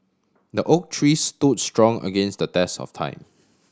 the oak tree stood strong against the test of time